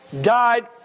died